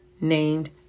named